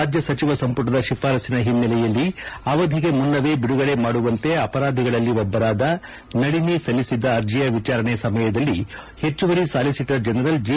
ರಾಜ್ಯ ಸಚಿವ ಸಂಪುಟದ ಶಿಫಾರಸ್ಲಿನ ಹಿನ್ನೆಲೆಯಲ್ಲಿ ಅವಧಿಗೆ ಮುನ್ನವೇ ಬಿಡುಗಡೆ ಮಾಡುವಂತೆ ಅಪರಾಧಿಗಳಲ್ಲಿ ಒಬ್ಬರಾದ ನಳಿನಿ ಸಲ್ಲಿಸಿದ್ದ ಅರ್ಜಿಯ ವಿಚಾರಣೆ ಸಮಯದಲ್ಲಿ ಹೆಚ್ಚುವರಿ ಸಾಲಿಸಿಟರ್ ಜನರಲ್ ಜಿ